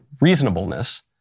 reasonableness